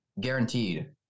guaranteed